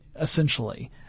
essentially